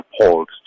appalled